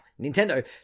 Nintendo